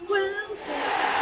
Wednesday